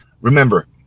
Remember